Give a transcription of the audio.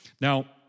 Now